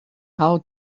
how